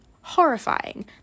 horrifying